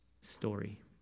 story